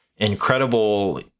incredible